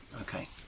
Okay